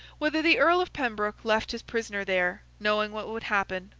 whether the earl of pembroke left his prisoner there, knowing what would happen,